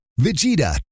Vegeta